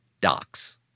docs